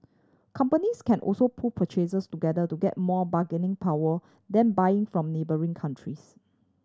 companies can also pool purchases together to get more bargaining power then buying from neighbouring countries